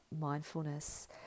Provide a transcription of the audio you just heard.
mindfulness